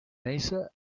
mesa